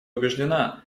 убеждена